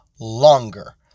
longer